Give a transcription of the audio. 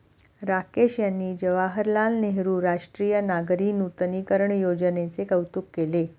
राकेश यांनी जवाहरलाल नेहरू राष्ट्रीय नागरी नूतनीकरण योजनेचे कौतुक केले